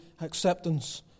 acceptance